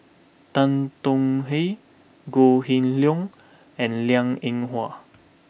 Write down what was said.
Tan Tong Hye Goh Kheng Long and Liang Eng Hwa